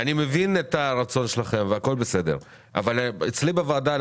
אני מבין את הרצון שלכם והכול בסדר אבל אצלי בוועדה אף